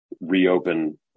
reopen